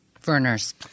Verner's